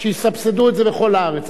שיסבסדו את זה לכל הארץ.